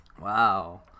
wow